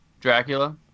Dracula